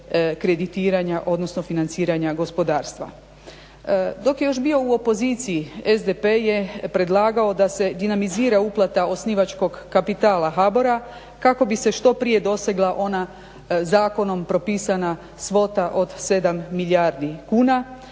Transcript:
kreditiranja, odnosno financiranja gospodarstva. Dok je još bio u opoziciji SDP je predlagao da se dinamizira uplata osnivačkog kapitala HBOR-a kako bi se što prije dosegla ona zakonom propisana svota od 7 milijardi kuna,